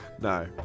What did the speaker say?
No